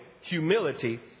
humility